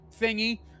thingy